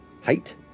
height